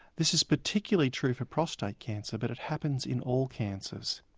this is particularly true for prostate cancer, but it happens in all cancers.